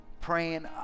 praying